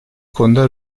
konuda